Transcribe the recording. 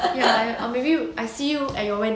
ya or maybe will I see you at your wedding